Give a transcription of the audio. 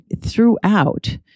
throughout